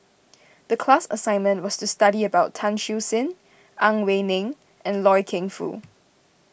the class assignment was to study about Tan Siew Sin Ang Wei Neng and Loy Keng Foo